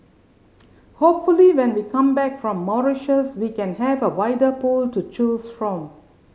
hopefully when we come back from Mauritius we can have a wider pool to choose from